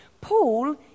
Paul